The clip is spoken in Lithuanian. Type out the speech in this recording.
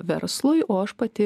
verslui o aš pati